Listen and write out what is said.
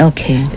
Okay